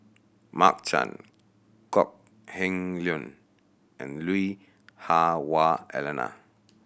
Mark Chan Kok Heng Leun and Lui Hah Wah Elena